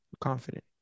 confident